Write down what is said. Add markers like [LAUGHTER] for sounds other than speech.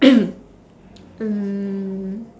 [COUGHS] um